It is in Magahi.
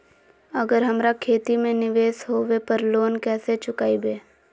अगर हमरा खेती में निवेस होवे पर लोन कैसे चुकाइबे?